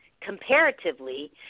Comparatively